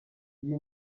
iyi